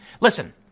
Listen